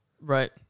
Right